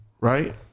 Right